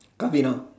puff it on